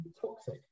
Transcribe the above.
toxic